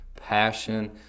passion